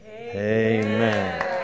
Amen